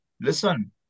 Listen